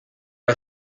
are